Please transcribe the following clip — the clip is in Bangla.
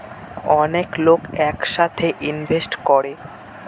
অনেক লোক এক সাথে ইনভেস্ট করে